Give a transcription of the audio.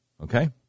Okay